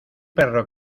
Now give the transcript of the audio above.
perro